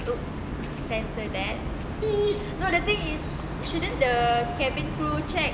!oops! sensor that no the things is shouldn't the cabin crew check